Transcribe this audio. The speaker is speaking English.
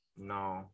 No